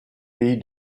pays